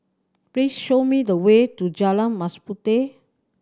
please show me the way to Jalan Mas Puteh